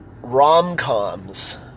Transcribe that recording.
rom-coms